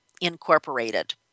Incorporated